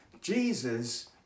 Jesus